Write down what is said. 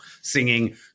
singing